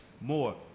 more